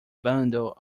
bundle